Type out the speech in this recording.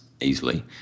easily